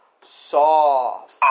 Soft